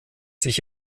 sich